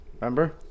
Remember